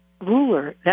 ruler